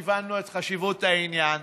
הבנו את חשיבות העניין,